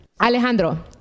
Alejandro